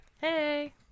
Hey